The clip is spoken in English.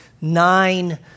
nine